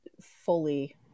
fully